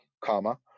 comma